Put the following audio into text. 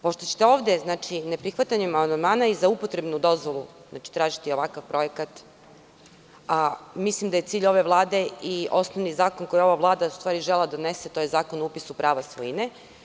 Pošto ćete ovde ne prihvatanjem amandmana i za upotrebnu dozvolu tražiti ovakav projekat, mislim da je cilj ove Vlade i osnovni zakon koji je ova Vlada u stvari želela da donese, to je Zakon o upisu prava svojine.